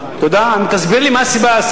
תסביר לי מה הסיבה,